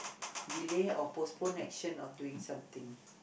delay or postpone action of doing something